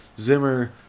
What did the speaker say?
Zimmer